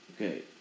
okay